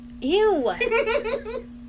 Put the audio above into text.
Ew